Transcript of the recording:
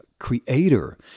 Creator